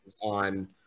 on